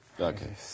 Okay